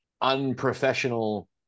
unprofessional